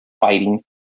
fighting